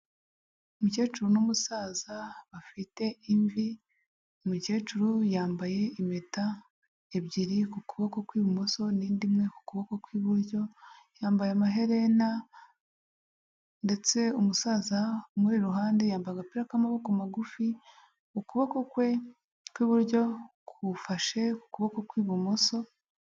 Umukecuru n'umusaza bafite imvi, umukecuru yambaye impeta ebyiri ku kuboko kw'ibumoso n'indi imwe ku kuboko kw'iburyo yambaye amaherena, ndetse umusaza umuri iruhande yamba agapira k'amaboko magufi ukuboko kwe kw'iburyo gufashe ukuboko kw'ibumoso.